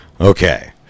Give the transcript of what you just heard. Okay